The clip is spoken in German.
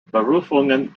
berufungen